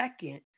second